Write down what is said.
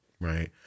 Right